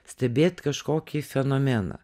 stebėt kažkokį fenomeną